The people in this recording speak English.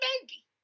baby